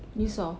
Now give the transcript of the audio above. you saw